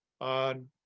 on